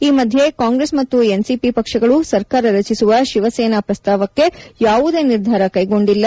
ಈ ಮಧ್ಯೆ ಕಾಂಗ್ರೆಸ್ ಮತ್ತು ಎನ್ಸಿಪಿ ಪಕ್ಷಗಳು ಸರ್ಕಾರ ರಚಿಸುವ ಶಿವಸೇನಾ ಪ್ರಸ್ತಾವಕ್ಕೆ ಯಾವುದೇ ನಿರ್ಧಾರ ಕೈಗೊಂಡಿಲ್ಲ